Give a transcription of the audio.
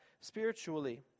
spiritually